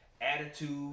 attitude